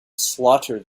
slaughter